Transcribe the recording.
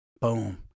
boom